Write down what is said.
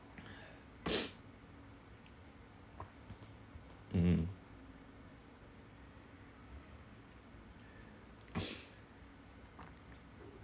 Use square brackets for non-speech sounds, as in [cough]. [breath] mm [breath]